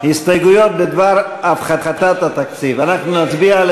הסתייגויות בדבר הפחתת התקציב, אנחנו נצביע על